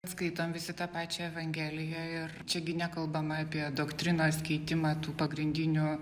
skaitom visi tą pačią evangeliją ir čia gi nekalbama apie doktrinos keitimą tų pagrindinių